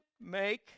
make